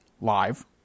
Live